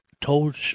told